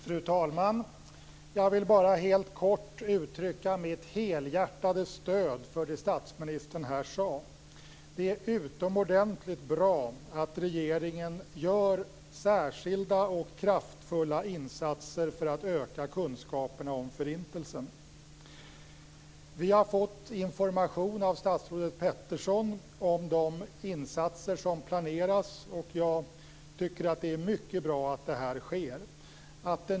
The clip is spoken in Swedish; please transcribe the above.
Fru talman! Jag vill bara helt kort uttrycka mitt helhjärtade stöd för det som statsministern här sade. Det är utomordentligt bra att regeringen gör särskilda och kraftfulla insatser för att öka kunskaperna om Förintelsen. Vi har fått information av statsrådet Peterson om de insatser som planeras, och jag tycker att det är mycket bra att det här sker.